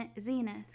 zenith